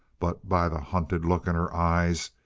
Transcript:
but by the hunted look in her eyes,